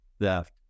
theft